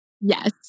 Yes